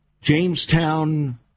Jamestown